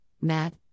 Matt